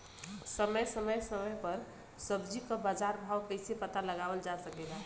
समय समय समय पर सब्जी क बाजार भाव कइसे पता लगावल जा सकेला?